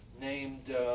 named